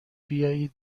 بیایید